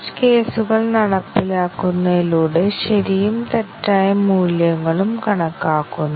വ്യക്തമായും കോഡ് നോക്കുന്നതിലൂടെ ചില പ്രവർത്തനങ്ങൾ കാണുന്നില്ലെന്ന് നിങ്ങൾക്ക് അറിയാൻ കഴിയില്ല